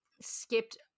skipped